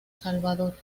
salvador